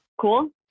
Cool